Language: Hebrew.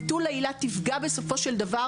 ביטול העילה תפגע בסופו של דבר,